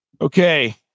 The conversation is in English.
Okay